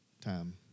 Time